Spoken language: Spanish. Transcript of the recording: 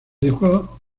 educó